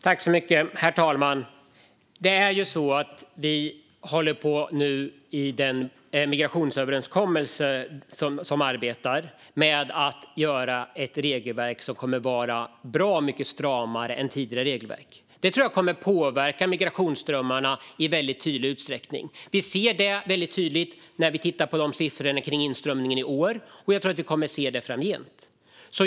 Herr talman! I den migrationsöverenskommelse som vi nu arbetar med gör vi ett regelverk som kommer att vara bra mycket stramare än tidigare regelverk. Det tror jag kommer att påverka migrationsströmmarna i stor utsträckning. Vi ser det väldigt tydligt när vi tittar på siffrorna för inströmningen i år, och jag tror att vi kommer att se det framgent.